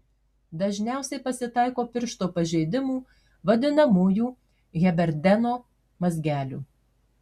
dažniausiai pasitaiko piršto pažeidimų vadinamųjų heberdeno mazgelių